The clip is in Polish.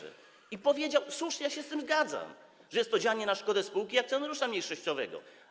I powiedział - słusznie, ja się z tym zgadzam - że jest to działanie na szkodę spółki i akcjonariusza mniejszościowego.